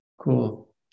Cool